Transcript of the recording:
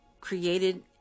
created